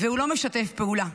והוא לא משתף פעולה,